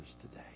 today